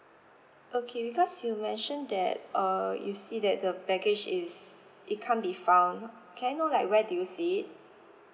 okay because you mentioned that uh you see that the baggage is it can't be found can I know like where do you see it